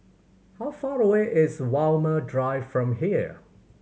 how far away is Walmer Drive from here